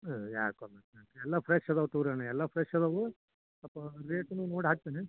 ಎಲ್ಲ ಫ್ರೆಶ್ ಅದಾವ ತಗೊಳ್ರಿ ಅಣ್ಣ ಎಲ್ಲ ಫ್ರೆಶ್ ಅದಾವು ಸ್ವಲ್ಪ ರೇಟನ್ನೂ ನೋಡಿ ಹಾಕ್ತೀನಿ